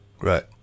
right